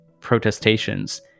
protestations